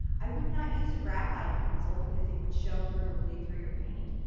i would not use graphite pencil because it would show thru or bleed through your paint.